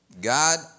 God